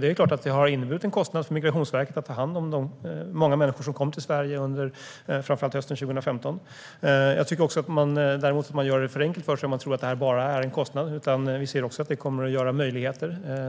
Det är klart att det har inneburit en kostnad för Migrationsverket att ta hand om de många människor som kom till Sverige under framför allt hösten 2015. Jag tycker däremot att man gör det för enkelt för sig om man tror att det här bara är en kostnad. Vi ser att det också kommer att ge möjligheter.